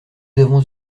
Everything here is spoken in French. avons